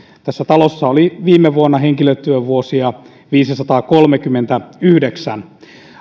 tässä talossa oli viime vuonna henkilötyövuosia viisisataakolmekymmentäyhdeksän